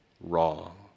wrong